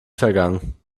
vergangen